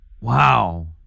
Wow